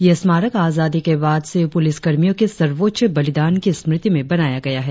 यह स्मारक आजादी के बाद से पुलिसकर्मियों के सर्वोच्च बलिदान की स्मृति में बनाया गया है